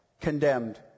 condemned